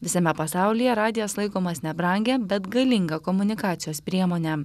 visame pasaulyje radijas laikomas nebrangia bet galinga komunikacijos priemone